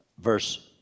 verse